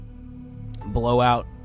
blowout